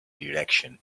direction